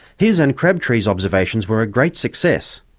his and crabtree's observations were a great success.